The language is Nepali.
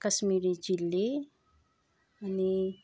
कस्मिरी चिल्ली अनि